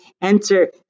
enter